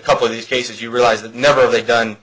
couple of these cases you realize that never they've done